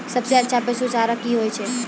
सबसे अच्छा पसु चारा की होय छै?